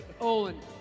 Olin